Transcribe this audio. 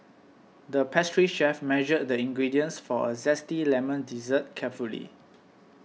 the pastry chef measured the ingredients for a Zesty Lemon Dessert carefully